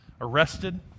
arrested